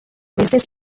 resist